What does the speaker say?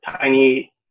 tiny